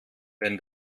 wenn